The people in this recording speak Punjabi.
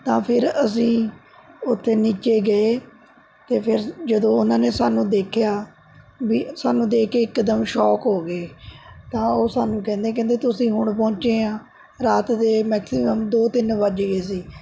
ਤਾਂ ਫਿਰ ਅਸੀਂ ਉੱਥੇ ਨੀਚੇ ਗਏ ਅਤੇ ਫਿਰ ਜਦੋਂ ਉਹਨਾਂ ਨੇ ਸਾਨੂੰ ਦੇਖਿਆ ਵੀ ਸਾਨੂੰ ਦੇਖ ਕੇ ਇੱਕਦਮ ਸ਼ੌਕ ਹੋ ਗਏ ਤਾਂ ਉਹ ਸਾਨੂੰ ਕਹਿੰਦੇ ਕਹਿੰਦੇ ਤੁਸੀਂ ਹੁਣ ਪਹੁੰਚੇ ਆਂ ਰਾਤ ਦੇ ਮੈਕਸੀਮਮ ਦੋ ਤਿੰਨ ਵੱਜ ਗਏ ਸੀ